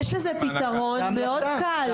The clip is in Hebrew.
יש לזה פתרון מאוד קל,